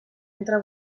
entre